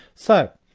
so,